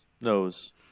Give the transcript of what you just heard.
knows